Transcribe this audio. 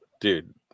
dude